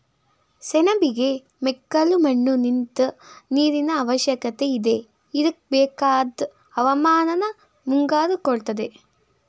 ಸೆಣಬಿಗೆ ಮೆಕ್ಕಲುಮಣ್ಣು ನಿಂತ್ ನೀರಿನಅವಶ್ಯಕತೆಯಿದೆ ಇದ್ಕೆಬೇಕಾದ್ ಹವಾಮಾನನ ಮುಂಗಾರು ಕೊಡ್ತದೆ